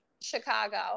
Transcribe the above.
Chicago